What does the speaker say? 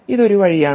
ഇത് ഒരു വഴിയാണ്